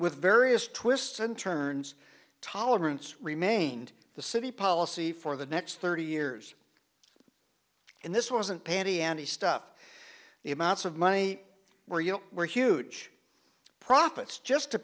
with various twists and turns tolerance remained the city policy for the next thirty years and this wasn't patty any stuff the amounts of money where you were huge profits just